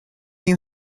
you